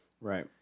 Right